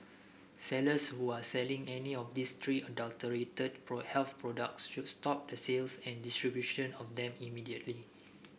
sellers who are selling any of these three adulterated health products should stop the sales and distribution of them immediately